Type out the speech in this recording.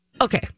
okay